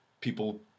people